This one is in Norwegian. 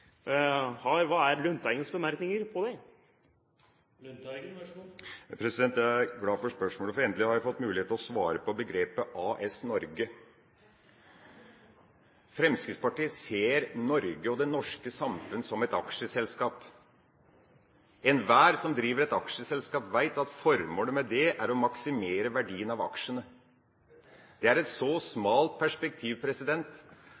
Hva er Lundteigens bemerkninger til det? Jeg er glad for spørsmålet, for endelig får jeg mulighet til å svare når det gjelder begrepet «AS Norge». Fremskrittspartiet ser Norge og det norske samfunn som et aksjeselskap. Enhver som driver et aksjeselskap, vet at formålet med det er å maksimere verdien av aksjene. Det er et så